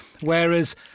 Whereas